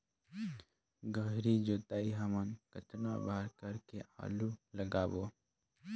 गहरी जोताई हमन कतना बार कर के आलू लगाबो?